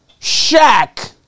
Shaq